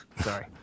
Sorry